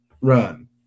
run